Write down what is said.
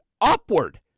upward